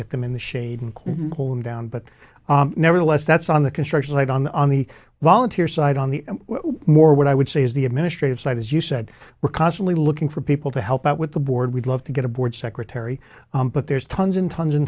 get them in the shade hole and down but nevertheless that's on the construction site on the on the volunteer side on the more what i would say is the administrative side as you said we're constantly looking for people to help out with the board we'd love to get a board secretary but there's tons and tons and